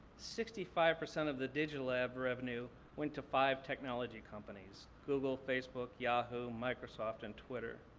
sixty five percent of the digital ad revenue went to five technology companies, google, facebook, yahoo, microsoft, and twitter.